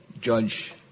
judge